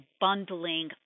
bundling